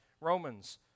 Romans